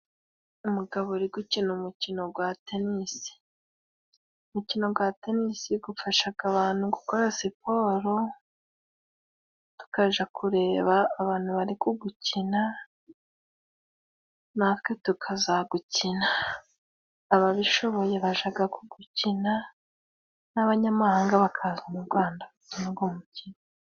Umugabo uri gukina umukino gwa tenisi. Umukino gwa tenisi gufashaga abantu gukora siporo, tukaja kureba abantu bari kugukina, natwe tukazagukina. Ababishoboye bajaga kugukina, n'abanyamahanga bakaza mu Gwanda gukina guwo mukino.